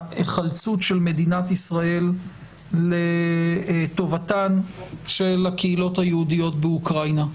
ההיחלצות של מדינת ישראל לטובתן של הקהילות היהודיות באוקראינה.